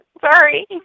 Sorry